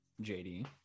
JD